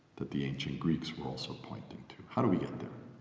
that the ancient greeks were also pointing to how do we get there?